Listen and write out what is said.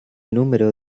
número